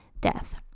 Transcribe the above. death